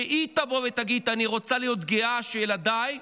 היא תבוא ותגיד: אני רוצה להיות גאה שילדיי